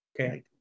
Okay